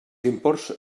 imports